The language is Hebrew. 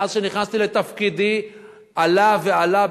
מאז שנכנסתי לתפקידי זה עלה ועלה,